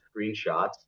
screenshots